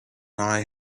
now